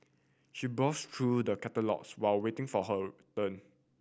she browsed through the catalogues while waiting for her turn